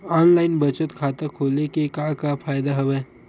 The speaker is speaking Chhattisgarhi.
ऑनलाइन बचत खाता खोले के का का फ़ायदा हवय